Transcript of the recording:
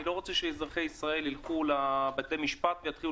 אני לא רוצה שאזרחי ישראל יילכו לבתי המשפט ויתחילו